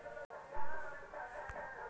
पाँच एकड़ की ज़मीन में कितना लोन हो सकता है?